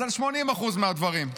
אז על 80% מהדברים".